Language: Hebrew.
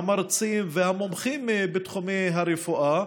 המרצים והמומחים בתחומי הרפואה,